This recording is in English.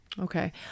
Okay